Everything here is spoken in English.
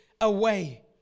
away